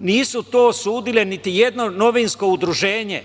nije to osudilo niti jedno novinsko udruženje,